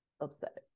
upset